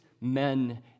men